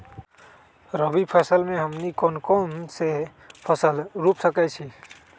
रबी फसल में हमनी के कौन कौन से फसल रूप सकैछि?